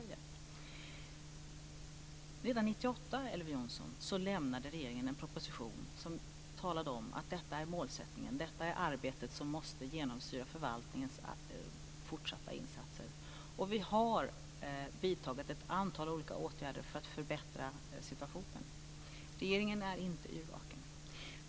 Redan 1998, Elver Jonsson, lämnade regeringen en proposition som talade om att detta är målsättningen och detta är arbetet som måste genomsyra förvaltningens fortsatta insatser, och vi har vidtagit ett antal olika åtgärder för att förbättra situationen. Regeringen är inte yrvaken.